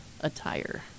attire